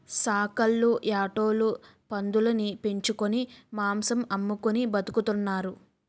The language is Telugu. సాకల్లు యాటోలు పందులుని పెంచుకొని మాంసం అమ్ముకొని బతుకుతున్నారు